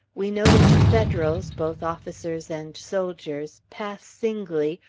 we noticed federals, both officers and soldiers, pass singly,